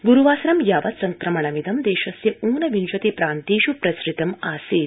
ग्रूवासर यावत् संक्रमणमिदं देशस्य ऊनविंशति प्रान्तेष प्रसुतमासीत